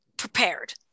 prepared